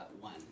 one